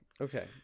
okay